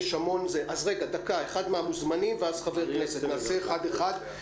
אחד מהמוזמנים ואז חבר כנסת, נעשה אחד אחד.